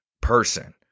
person